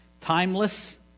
timeless